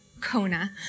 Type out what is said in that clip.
Kona